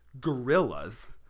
gorillas